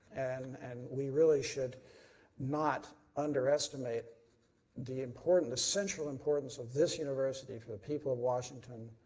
and and we really should not underestimate the importance, the central importance of this university for the people of washington,